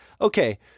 okay